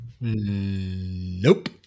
Nope